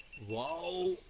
wow!